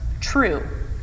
true